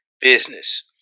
business